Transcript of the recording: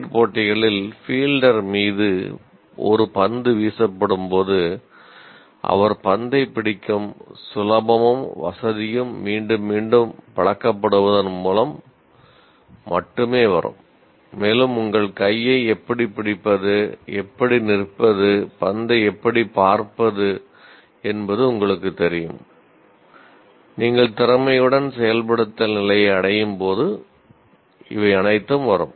cricket போட்டிகளில் fielder மீது ஒரு பந்து வீசப்படும் போது அவர் பந்தைப் பிடிக்கும் சுலபமும் வசதியும் மீண்டும் மீண்டும் பழக்கப்படுவதன் மூலம் மட்டுமே வரும் மேலும் உங்கள் கையை எப்படிப் பிடிப்பது எப்படி நிற்பது பந்தை எப்படிப் பார்ப்பது என்பது உங்களுக்குத் தெரியும் நீங்கள் திறமையுடன் செயல்படுத்தல் நிலையை அடையும் போது இவை அனைத்தும் வரும்